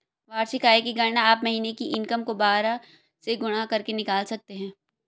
वार्षिक आय की गणना आप महीने की इनकम को बारह से गुणा करके निकाल सकते है